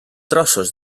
trossos